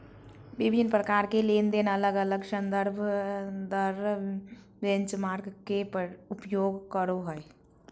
विभिन्न प्रकार के लेनदेन अलग अलग संदर्भ दर बेंचमार्क के उपयोग करो हइ